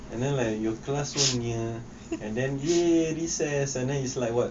and then like your class so near and then !yay! recess and then it's like what